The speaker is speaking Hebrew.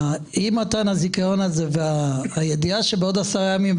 אי-מתן הזיכיון הזה והידיעה שבעוד עשרה ימים,